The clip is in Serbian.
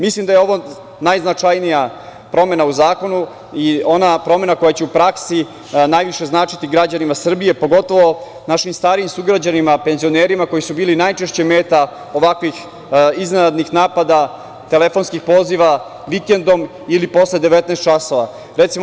Mislim da je ovo najznačajnija promena u zakonu i ona promena koja će u praksi najviše značiti građanima Srbije, pogotovu našim starijim sugrađanima, penzionerima koji su bili najčešće meta ovakvih iznenadnih napada telefonskih poziva vikendom ili posle 19.00 sati.